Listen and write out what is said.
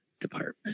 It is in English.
Department